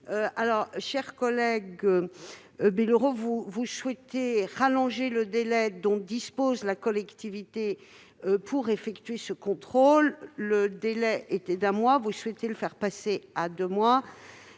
l'eau dans la Seine. Vous souhaitez rallonger le délai dont dispose la collectivité pour effectuer ce contrôle. Le délai était d'un mois, vous voulez le faire passer à deux mois.